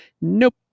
Nope